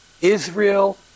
Israel